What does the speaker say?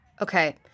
Okay